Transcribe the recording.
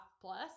plus